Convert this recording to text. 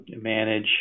manage